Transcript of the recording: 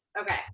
Okay